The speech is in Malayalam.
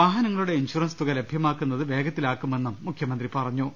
വാഹനങ്ങളുടെ ഇൻഷുറൻസ് തുക ലഭ്യമാക്കുന്നത് വേഗത്തിൽ ആക്കുമെന്നും മുഖ്യമന്ത്രി പറഞ്ഞു